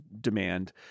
demand